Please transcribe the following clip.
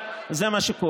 לא מצע,